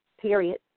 period